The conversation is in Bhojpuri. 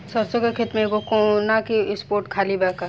सरसों के खेत में एगो कोना के स्पॉट खाली बा का?